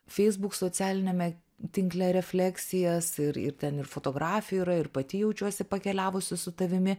facebook socialiniame tinkle refleksijas ir ir ten ir fotografijų yra ir pati jaučiuosi pakeliavusi su tavimi